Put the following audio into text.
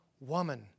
Woman